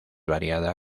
variada